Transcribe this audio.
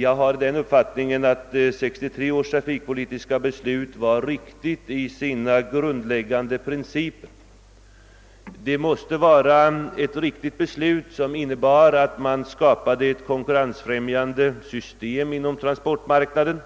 Jag har den uppfattningen att detta beslut var riktigt i sina grundläggande principer, som innebar att man skulle skapa ett konkurrensfrämjande system på transportmarknaden